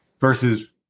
versus